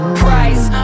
price